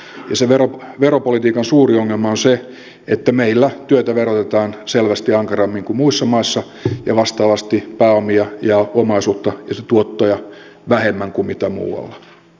ja se veropolitiikan suuri ongelma on se että meillä työtä verotetaan selvästi ankarammin kuin muissa maissa ja vastaavasti pääomia ja omaisuutta ja sen tuottoja vähemmän kuin muualla